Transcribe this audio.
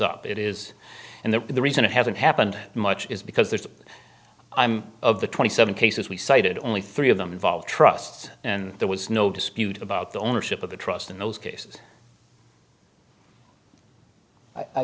up it is and that the reason it hasn't happened much is because there's i'm of the twenty seven cases we cited only three of them involve trusts and there was no dispute about the ownership of the trust in those cases i